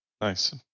Nice